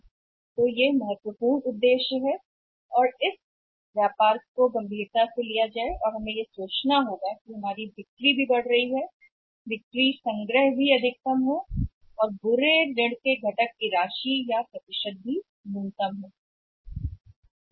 इसलिए यह महत्वपूर्ण उद्देश्य है कि इस व्यापार को गंभीरता से लिया जाए और हम इस बारे में सोचना चाहिए कि आपकी बिक्री भी बढ़ रही है और बिक्री संग्रह भी अधिकतम है बुरे ऋणों के घटक की राशि या प्रतिशत भी न्यूनतम है